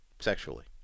Sexually